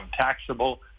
taxable